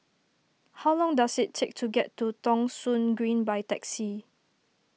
how long does it take to get to Thong Soon Green by taxi